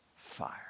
fire